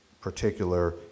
particular